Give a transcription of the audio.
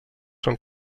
són